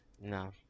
No